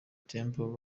temple